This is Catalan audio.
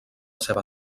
seva